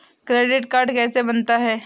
Credit card कैसे बनता है?